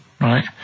right